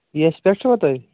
ییٚس پٮ۪ٹھ چھُوا تُہۍ